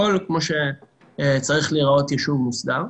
הכול כמו שצריך להיראות יישוב מוסדר.